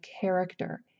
character